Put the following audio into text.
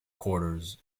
quarters